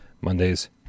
Monday's